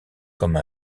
comme